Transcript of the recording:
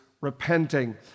repenting